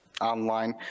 online